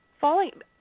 falling